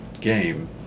game